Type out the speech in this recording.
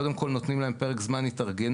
אנחנו קודם כל נותנים להם פרק זמן להתארגנות,